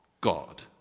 God